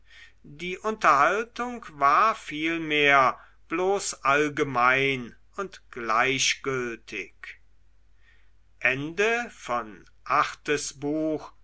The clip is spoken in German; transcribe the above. die unterhaltung war vielmehr bloß allgemein und gleichgültig